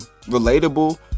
relatable